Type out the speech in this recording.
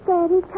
Daddy